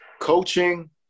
Coaching